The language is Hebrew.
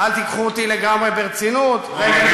שאננות לשמה.